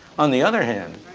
on the other hand,